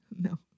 No